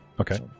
Okay